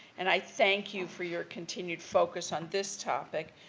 and, i thank you for your continued focus on this topic,